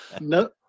no